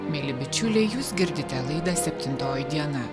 mieli bičiuliai jūs girdite laidą septintoji diena